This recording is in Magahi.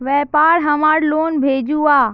व्यापार हमार लोन भेजुआ?